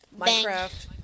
Minecraft